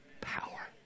Power